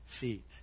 feet